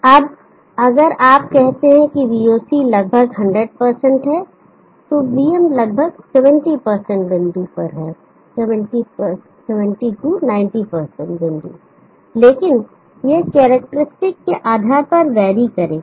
और अगर आप कहते हैं कि voc लगभग 100 है तो vm लगभग 70 बिंदु पर है बिंदु लेकिन यह करैक्टेरिस्टिक के आधार पर वेरी करेगा